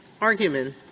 argument